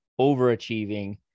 overachieving